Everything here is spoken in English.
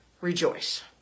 rejoice